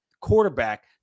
quarterback